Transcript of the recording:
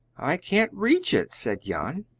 i can't reach it, said jan.